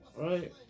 Right